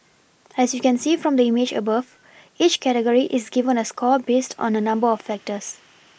as you can see from the image above each category is given a score based on a number of factors